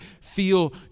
feel